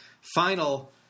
final